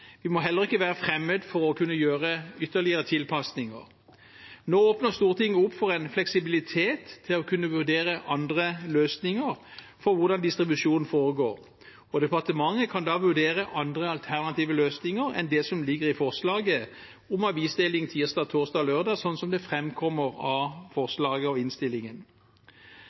Vi må heller ikke være fremmed for å gjøre ytterligere tilpasninger. Nå åpner Stortinget opp for en fleksibilitet til å kunne vurdere andre løsninger for hvordan distribusjonen foregår, og departementet kan da vurdere andre alternative løsninger enn det som ligger i forslaget om avisomdeling tirsdag, torsdag og lørdag, slik det framkommer av lovforslaget og innstillingen.